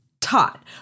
taught